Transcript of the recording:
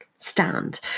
stand